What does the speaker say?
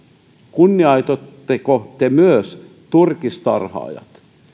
kunnioitatteko te myös turkistarhaajia